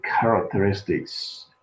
characteristics